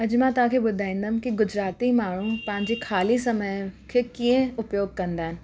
अॼु मां तव्हांखे ॿुधाईंदमि की गुजराती माण्हू पंहिंजे ख़ाली समय खे कीअं उपयोगु कंदा आहिनि